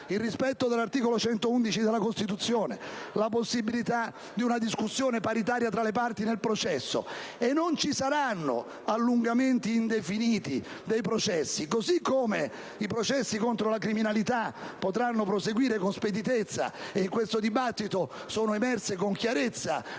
il rispetto dell'articolo 111 della Costituzione, la possibilità di una discussione paritaria tra le parti nel processo. E non ci saranno allungamenti indefiniti dei processi; così come i processi contro la criminalità potranno proseguire con speditezza - e in questo dibattito sono emerse con chiarezza